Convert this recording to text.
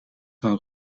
van